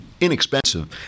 inexpensive